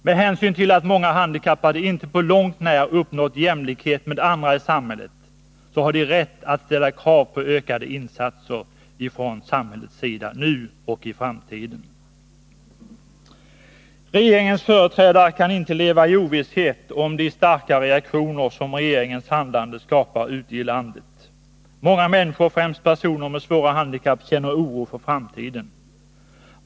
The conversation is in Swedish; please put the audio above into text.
Med hänsyn till att många handikappade inte på långt när uppnått jämlikhet med andra i samhället har de rätt att ställa krav på ökade insatser från samhällets sida, nu och i framtiden. Regeringens företrädare kan inte leva i ovisshet om de starka reaktioner som regeringens handlande skapar ute i landet. Många människor, främst personer med svåra handikapp, känner oro för framtiden.